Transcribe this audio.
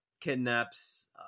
kidnaps